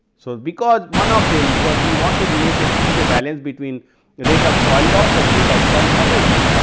so, because one of them because we want to make a keep a balance between rate of soil loss some um rate of soil formation.